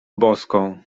boską